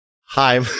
Hi